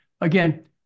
again